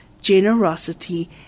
generosity